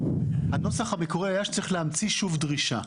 הנוסח המקורי היה שצריך להמציא שוב דרישה.